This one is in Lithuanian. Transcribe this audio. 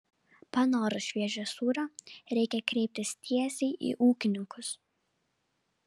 panorus šviežio sūrio reikia kreiptis tiesiai į ūkininkus